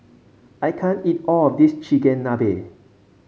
I can't eat all of this Chigenabe